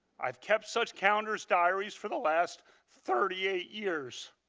i have kept such calendars, diaries for the last thirty eight years.